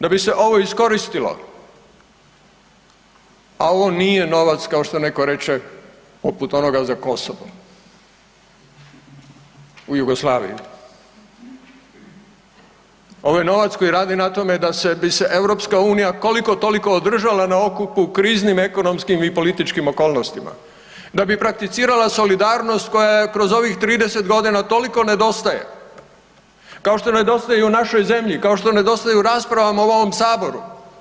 Da bi se ovo iskoristilo, a ovo nije novac kao što neko reče poput onoga za Kosovo u Jugoslaviji, ovo je novac koji radi na tome da bi se EU koliko toliko održala na okupu u kriznim ekonomskim i političkim okolnostima, da bi prakticirala solidarnost koja joj kroz ovih 30 godina toliko nedostaje kao što nedostaje i u našoj zemlji, kao što nedostaje i u raspravama u ovom Saboru.